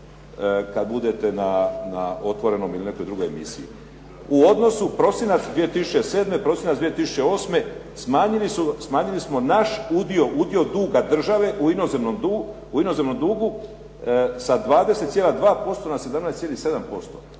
kad budete na otvorenom ili nekoj drugoj emisiji. U odnosu prosinac 2007., prosinac 2008. smanjili smo naš udio, udio duga države u inozemnom dugu sa 20,2% na 17,7%.